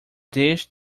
dish